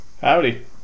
Howdy